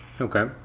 Okay